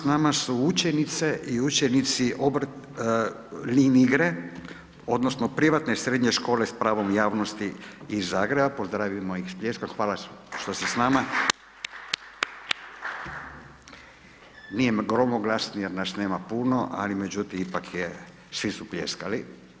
S nama su učenice i učenici Linigre odnosno privatne srednje škole s pravom javnosti iz Zagreba, pozdravimo ih s pljeskom, hvala što ste s nama. Nije gromoglasni jer nas nema puno, ali međutim ipak je, svi su pljeskali.